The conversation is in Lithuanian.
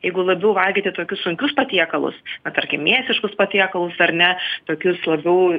jeigu labiau valgėte tokius sunkius patiekalus na tarkim mėsiškus patiekalus ar ne tokius labiau